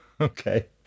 Okay